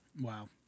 Wow